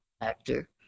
actor